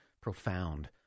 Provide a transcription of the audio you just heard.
profound